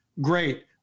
Great